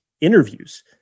interviews